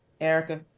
Erica